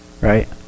right